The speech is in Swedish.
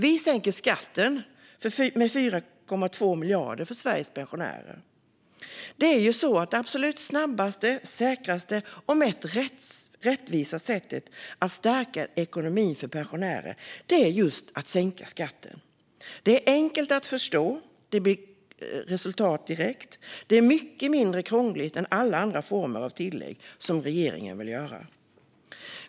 Vi sänker skatten för Sveriges pensionärer med 4,2 miljarder. Det absolut snabbaste, säkraste och mest rättvisa sättet att stärka ekonomin för pensionärer är nämligen just att sänka skatten. Det är enkelt att förstå, det ger resultat direkt och det är mycket mindre krångligt än alla former av tillägg som regeringen vill göra.